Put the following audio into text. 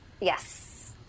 Yes